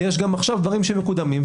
ויש גם עכשיו דברים שמקודמים,